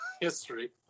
History